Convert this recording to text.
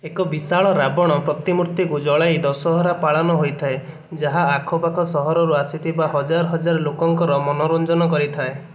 ଏକ ବିଶାଳ ରାବଣ ପ୍ରତିମୂର୍ତ୍ତିକୁ ଜଳାଇ ଦଶହରା ପାଳନ ହୋଇଥାଏ ଯାହା ଆଖପାଖ ସହରରୁ ଆସିଥିବା ହଜାର ହଜାର ଲୋକଙ୍କର ମନୋରଂଜନ କରିଥାଏ